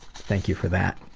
thank you for that.